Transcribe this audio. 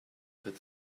that